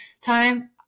time